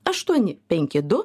aštuoni penki du